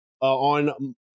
on